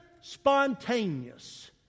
spontaneous